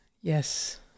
Yes